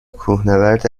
کوهنورد